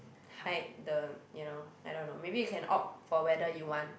hide the you know I don't know maybe you can opt for whether you want